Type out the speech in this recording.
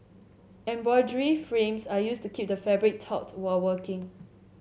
frames are used to keep the fabric taut while working